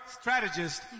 strategist